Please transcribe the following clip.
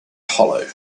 hollow